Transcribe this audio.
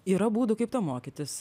yra būdų kaip to mokytis